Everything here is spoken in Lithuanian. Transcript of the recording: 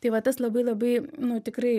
tai va tas labai labai nu tikrai